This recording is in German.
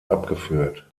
abgeführt